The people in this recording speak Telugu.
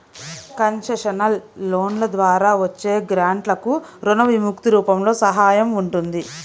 కన్సెషనల్ లోన్ల ద్వారా వచ్చే గ్రాంట్లకు రుణ విముక్తి రూపంలో సహాయం ఉంటుంది